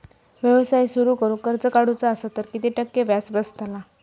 व्यवसाय सुरु करूक कर्ज काढूचा असा तर किती टक्के व्याज बसतला?